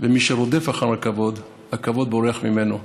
ומי שרודף אחר הכבוד, הכבוד בורח ממנו.